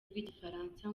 rw’igifaransa